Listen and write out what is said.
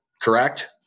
correct